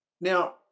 Now